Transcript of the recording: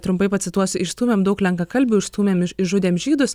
trumpai pacituosiu išstūmėm daug lenkakalbių išstūmėm išžudėm žydus